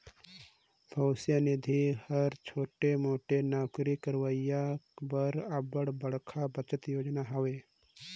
भविस निधि हर छोटे मोटे नउकरी करोइया बर अब्बड़ बड़खा बचत योजना हवे